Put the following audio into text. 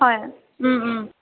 হয়